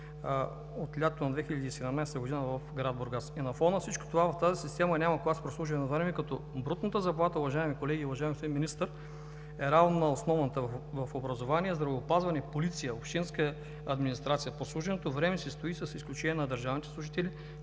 от лятото на 2017 г. в град Бургас. На фона на всичко това в тази система няма клас прослужено време, като брутната заплата, уважаеми колеги, уважаеми господин Министър, е равна на основната. В образованието, здравеопазването, полицията, общинската администрация, прослуженото време си стои, с изключение на държавните служители,